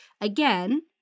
again